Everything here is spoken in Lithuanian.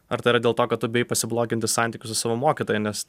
ar tai yra dėl to kad tu bijai bloginti santykius su savo mokytoju nes